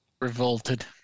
Revolted